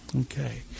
okay